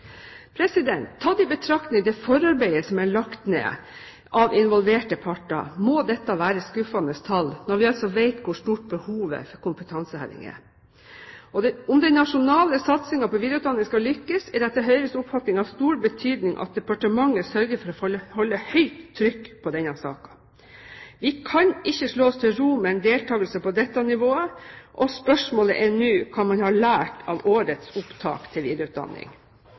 Tatt i betraktning det forarbeidet som er lagt ned av involverte parter, må dette være skuffende tall når vi altså vet hvor stort behovet for kompetanseheving er. Om den nasjonale satsingen på videreutdanning skal lykkes, er det etter Høyres oppfatning av stor betydning at departementet sørger for å holde høyt trykk på denne saken. Vi kan ikke slå oss til ro med en deltakelse på dette nivået, og spørsmålet er nå hva man har lært av årets opptak til videreutdanning.